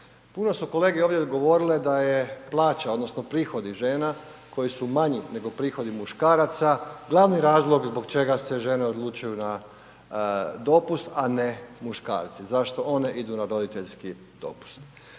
Puno su kolege ovdje govorile da je plaća odnosno prihodi žena koji su manji nego prihodi muškaraca glavni razlog zbog čega se žene odlučuju na dopust, a ne muškarci, zašto one idu na roditeljski dopust.